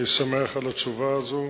אני שמח על התשובה הזאת.